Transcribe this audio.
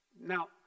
Now